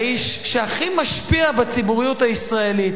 האיש שהכי משפיע בציבוריות הישראלית,